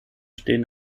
stehen